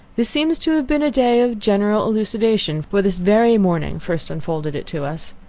this seems to have been a day of general elucidation, for this very morning first unfolded it to us.